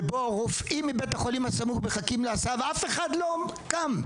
רופאים מבית החולים הסמוך מחכים להסעה ואף אחד לא קם,